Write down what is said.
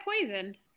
poisoned